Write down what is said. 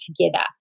together